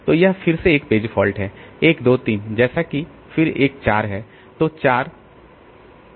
तो यह फिर से एक पेज फॉल्ट है 1 2 3 जैसे कि फिर एक 4 है तो 4